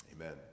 Amen